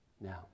Now